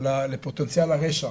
לפוטנציאל הרשע,